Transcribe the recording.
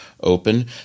open